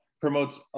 promotes